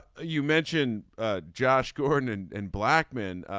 ah you mention josh gordon and and blackmon.